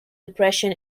depression